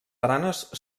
baranes